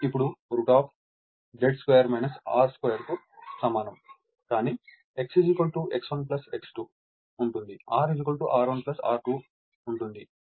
కాబట్టి X ఇప్పుడు √Z2 R2 కు సమానం కానీ X X1 X2 ఉంటుంది R R1 R2 ఉంటుంది